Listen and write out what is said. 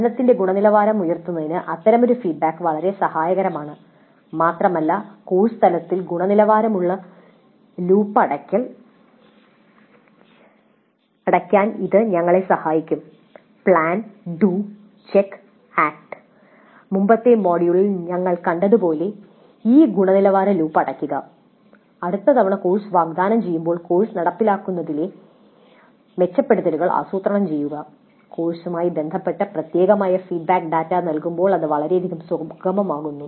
പഠനത്തിന്റെ ഗുണനിലവാരം ഉയർത്തുന്നതിന് അത്തരമൊരു ഫീഡ്ബാക്ക് വളരെ സഹായകരമാണ് മാത്രമല്ല കോഴ്സ് തലത്തിൽ ഗുണനിലവാരമുള്ള ലൂപ്പ് അടയ്ക്കാൻ ഇത് ഞങ്ങളെ സഹായിക്കും പ്ലാൻ ഡു ചെക്ക് ആക്റ്റ് മുമ്പത്തെ മൊഡ്യൂളിൽ ഞങ്ങൾ കണ്ടതുപോലെ ഈ ഗുണനിലവാര ലൂപ്പ് അടയ്ക്കുക അടുത്ത തവണ കോഴ്സ് വാഗ്ദാനം ചെയ്യുമ്പോൾ കോഴ്സ് നടപ്പിലാക്കുന്നതിലെ മെച്ചപ്പെടുത്തലുകൾ ആസൂത്രണം ചെയ്യുക കോഴ്സുമായി ബന്ധപ്പെട്ട് പ്രത്യേകമായി ഫീഡ്ബാക്ക് ഡാറ്റ ലഭിക്കുമ്പോൾ അത് വളരെയധികം സുഗമമാക്കുന്നു